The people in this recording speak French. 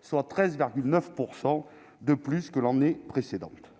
soit 13,9 % de plus que l'année précédente.